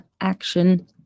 Action